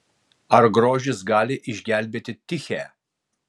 ar grožis gali išgelbėti tichę